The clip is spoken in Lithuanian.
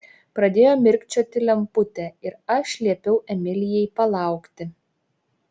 pradėjo mirkčioti lemputė ir aš liepiau emilijai palaukti